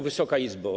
Wysoka Izbo!